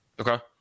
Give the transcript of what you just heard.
Okay